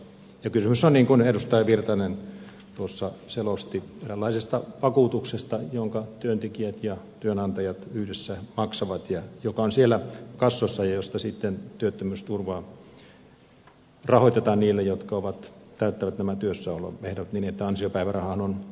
kysymys on niin kuin edustaja virtanen tuossa selosti eräänlaisesta vakuutuksesta jonka työntekijät ja työnantajat yhdessä maksavat ja joka on siellä kassoissa ja josta sitten työttömyysturvaa rahoitetaan niille jotka täyttävät nämä työssäoloehdot niin että ansiopäivärahaan on oikeus